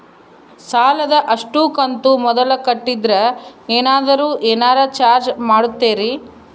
ಸಾಲದ ಅಷ್ಟು ಕಂತು ಮೊದಲ ಕಟ್ಟಿದ್ರ ಏನಾದರೂ ಏನರ ಚಾರ್ಜ್ ಮಾಡುತ್ತೇರಿ?